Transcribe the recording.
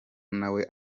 nawe